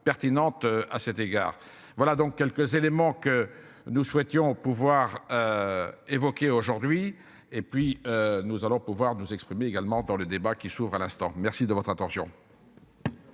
pertinente à cet égard. Voilà donc quelques éléments que nous souhaitons au pouvoir. Évoquée aujourd'hui et puis nous allons pouvoir nous exprimer également dans le débat qui s'ouvre à l'instant, merci de votre attention.